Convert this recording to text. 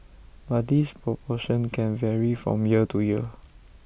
but this proportion can vary from year to year